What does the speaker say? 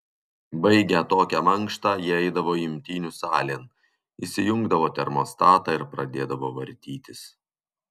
baigę tokią mankštą jie eidavo imtynių salėn įsijungdavo termostatą ir pradėdavo vartytis